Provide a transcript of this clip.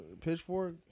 Pitchfork